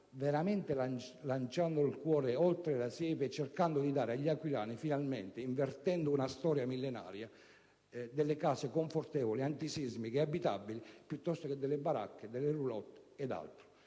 voler lanciare il cuore oltre la siepe per cercare di dare agli aquilani, finalmente, invertendo una storia millenaria, case confortevoli, antisismiche, abitabili piuttosto che baracche, *roulotte* o altro.